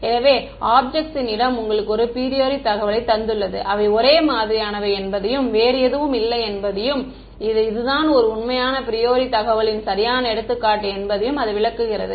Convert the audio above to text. எனவே ஆப்ஜெக்ட்ஸின் இடம் உங்களுக்கு ஒரு ப்ரியோரி தகவல் தந்துள்ளது அவை ஒரே மாதிரியானவை என்பதையும் வேறு எதுவும் இல்லை என்பதையும் இது தான் ஒரு உண்மையான ப்ரியோரி தகவலின் சரியான எடுத்துக்காட்டு என்பதையும் அது விளக்குகிறது